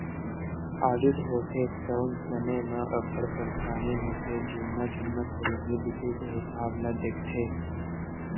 audit होथे तउन समे म अब्बड़ परसानी होथे जुन्ना जुन्ना खरीदी बिक्री के हिसाब ल देखथे